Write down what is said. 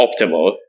optimal